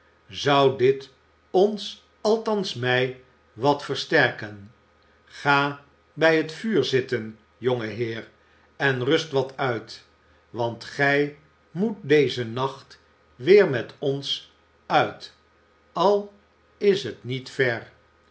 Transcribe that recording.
zou dit ons althans mij wat versterken oa bij het vuur zitten jongeheer en rust wat uit want gij moet dezen nacht weer met ons uit al is het niet ver